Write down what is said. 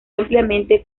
ampliamente